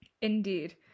Indeed